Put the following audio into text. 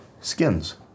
skins